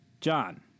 John